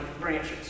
branches